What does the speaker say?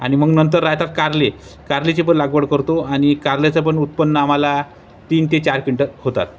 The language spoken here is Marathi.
आणि मग नंतर राहतात कारले कारलेची पण लागवड करतो आणि कारल्याचं पण उत्पन्न आम्हाला तीन ते चार क्विंटल होतात